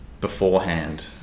beforehand